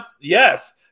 Yes